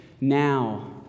now